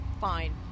Fine